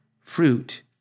fruit